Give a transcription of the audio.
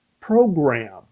program